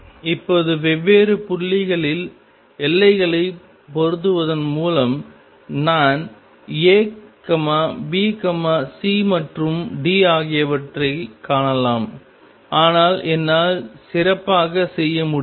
இப்போது வெவ்வேறு புள்ளிகளில் எல்லைகளை பொருத்துவதன் மூலம் நான் A B C மற்றும் D ஆகியவற்றைக் காணலாம் ஆனால் என்னால் சிறப்பாகச் செய்ய முடியும்